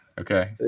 okay